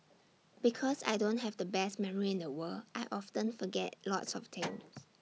because I don't have the best memory in the world I often forget lots of things